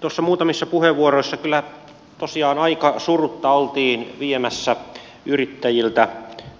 tuossa muutamissa puheenvuoroissa kyllä tosiaan aika surutta oltiin viemässä yrittäjiltä